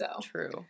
True